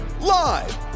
live